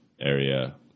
area